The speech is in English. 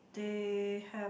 they have